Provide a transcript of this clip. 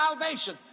salvation